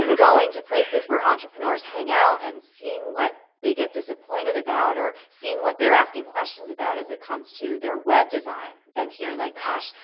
going to places where entrepreneurs hang out and seeing what they get disappointed about, or seeing what they're asking questions about as it comes to their web design, and hearing like, gosh.